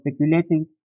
speculating